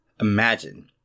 imagine